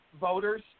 voters